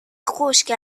خشک